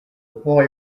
boy